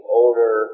older